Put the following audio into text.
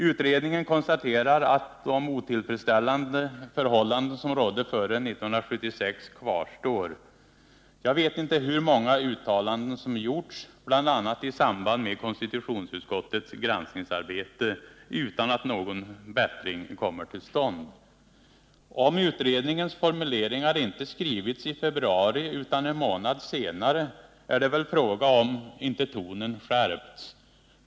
Utredningen konstaterar att de otillfredsställande förhållanden som rådde före 1976 kvarstår. Jag vet inte hur många uttalanden som gjorts, bl.a. i samband med konstitutionsutskottets granskningsarbete, utan att någon Nr 126 bättring kommer till stånd. Om utredningens formuleringar inte hade skrivits Onsdagen den i februari utan en månad senare är det väl fråga om, om inte tonen hade 18 april 1979 skärpts.